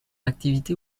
activité